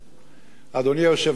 היושב-ראש,